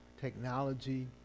technology